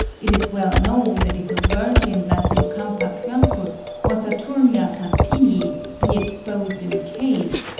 it is well known that if a virgin lasiocampa quercus or saturnia carpini be exposed in a cage,